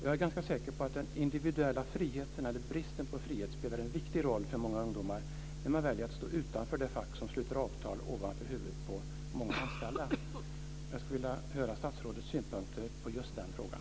Jag är ganska säker på att bristen på individuell frihet spelar en viktig roll för många ungdomar när de väljer att stå utanför det fack som sluter avtal ovanför huvudet på många anställda. Jag skulle vilja höra statsrådets synpunkter på just den frågan.